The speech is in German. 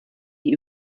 die